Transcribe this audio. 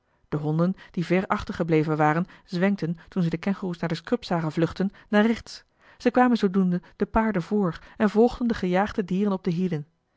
de honden die ver achter gebleven waren zwenkten toen ze de kengoeroes naar de scrub zagen vluchten naar rechts ze kwamen zoodoende de paarden voor en volgden de gejaagde dieren op de hielen